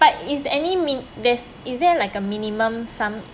but is any mean there's is there like a minimum sum